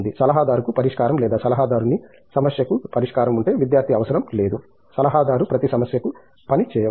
సలహాదారు కు పరిష్కారం లేదు సలహాదారుని సమస్యకు పరిష్కారం ఉంటే విద్యార్థి అవసరం లేదు సలహాదారు ప్రతి సమస్యకు పని చేయవచ్చు